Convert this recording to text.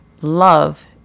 love